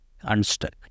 unstuck